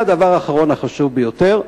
והדבר האחרון, החשוב ביותר,